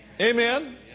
Amen